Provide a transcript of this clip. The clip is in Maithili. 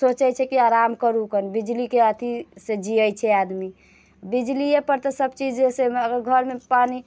सोचै छै कि आराम करू खन बिजिलीक अथिसँ जियैत छै आदमी बिजलिएपर तऽ सभचीज जैसे घरमे पानी